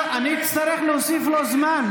אני אצטרך להוסיף לו זמן.